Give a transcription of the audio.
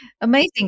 Amazing